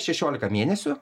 šešiolika mėnesių